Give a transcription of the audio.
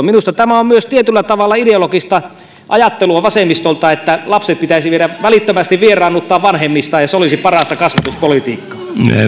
minusta tämä on myös tietyllä tavalla ideologista ajattelua vasemmistolta että lapset pitäisi viedä ja välittömästi vieraannuttaa vanhemmistaan ja se olisi parasta kasvatuspolitiikkaa